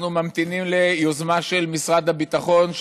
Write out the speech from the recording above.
אנחנו ממתינים ליוזמה של משרד הביטחון,